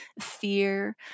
fear